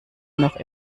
noch